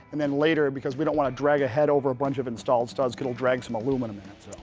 and then later because we don't want to drag a head over a bunch of installed studs cause it'll drag some aluminum in.